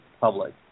public